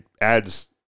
adds